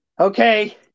Okay